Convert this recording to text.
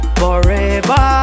forever